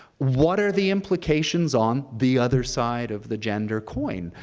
what are the implications on the other side of the gender coin?